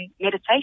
meditation